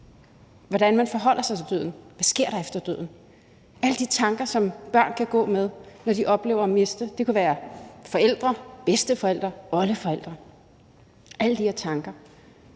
hvordan man forholder sig til døden, og hvad der sker efter døden – alle de tanker, som børn kan gå med, når de oplever at miste. Det kan være forældre, bedsteforældre eller oldeforældre – alle de her tanker.